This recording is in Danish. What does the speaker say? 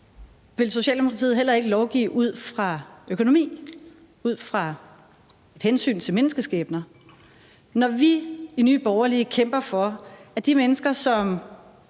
Vil Socialdemokratiet heller ikke lovgive ud fra økonomi, ud fra et hensyn til menneskeskæbner? Når vi i Nye Borgerlige kæmper for, at de mennesker, som